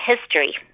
history